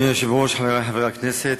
אדוני היושב-ראש, חברי חברי הכנסת,